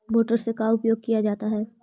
Motor से का उपयोग क्या जाता है?